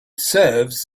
serves